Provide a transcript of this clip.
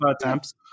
attempts